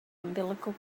umbilical